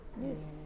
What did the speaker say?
yes